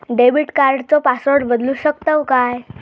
Debit कार्डचो password बदलु शकतव काय?